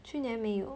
去年没有